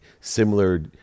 similar